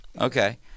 Okay